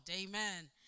Amen